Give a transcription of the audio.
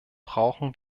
brauchen